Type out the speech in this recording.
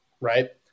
right